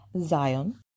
Zion